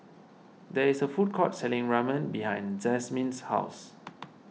there is a food court selling Ramen behind Jazmin's house